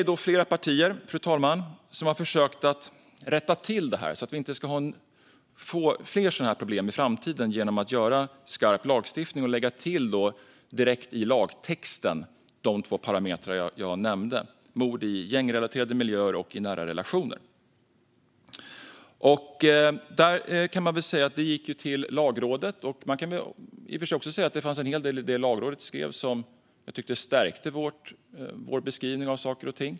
Vi är flera partier som har försökt rätta till detta, så att vi inte ska få fler sådana problem i framtiden, genom att göra skarp lagstiftning och direkt i lagtexten lägga till de två parametrar jag nämnde, nämligen mord i gängrelaterade miljöer och mord i nära relationer. Detta gick till Lagrådet, och man kan väl i och för sig säga att det fanns en hel del i det som Lagrådet skrev som jag tyckte stärkte vår beskrivning av saker och ting.